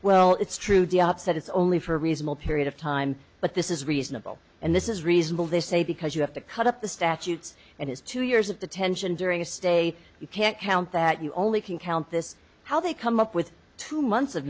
well it's true said it's only for a reasonable period of time but this is reasonable and this is reasonable they say because you have to cut up the statutes and his two years of detention during a stay you can't count that you only can count this how they come up with two months of